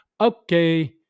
Okay